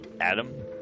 Adam